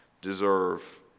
deserve